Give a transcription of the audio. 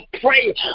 pray